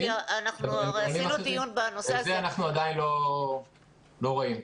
את זה אנחנו עדיין לא רואים.